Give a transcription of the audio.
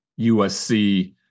USC